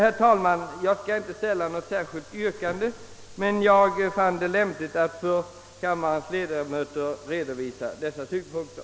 Herr talman! Jag skall inte ställa något särskilt yrkande, men jag har ansett det lämpligt att för kammarens ledamöter redovisa dessa synpunkter.